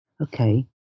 okay